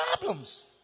problems